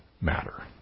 matter